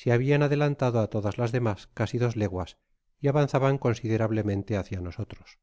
se habian adelantado á todas las demas casi dos leguas y avanzaban considerablemente hácia nosotros